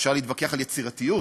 אפשר להתווכח על יצירתיות,